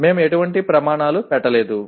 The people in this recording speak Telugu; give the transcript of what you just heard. మేము ఎటువంటి ప్రమాణాలు పెట్టలేదు